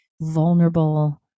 vulnerable